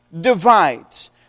divides